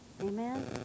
Amen